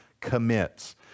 commits